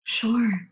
Sure